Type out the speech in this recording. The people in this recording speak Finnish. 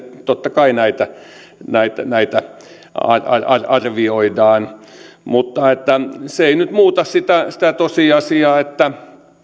totta kai näitä näitä arvioidaan mutta se ei nyt muuta sitä sitä tosiasiaa että